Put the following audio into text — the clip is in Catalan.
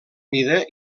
mida